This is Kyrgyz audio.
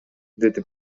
деди